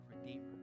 redeemer